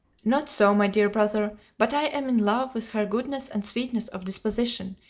not so, my dear brother but i am in love with her goodness and sweetness of disposition,